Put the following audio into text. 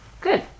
good